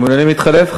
אתם מעוניינים להתחלף?